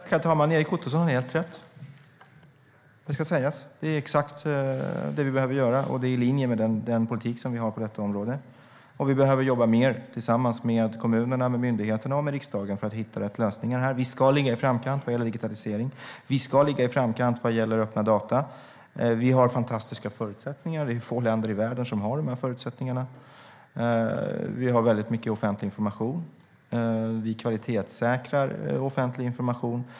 Herr talman! Erik Ottoson har helt rätt; det ska sägas. Detta är exakt det vi behöver göra, och det är i linje med den politik som vi har på området. Vi behöver jobba mer tillsammans med kommunerna, med myndigheterna och med riksdagen för att hitta rätt lösningar här. Vi ska ligga i framkant vad gäller digitalisering. Vi ska ligga i framkant vad gäller öppna data. Vi har fantastiska förutsättningar. Det är få länder i världen som har dessa förutsättningar. Vi har mycket offentlig information. Vi kvalitetssäkrar offentlig information.